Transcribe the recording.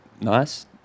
nice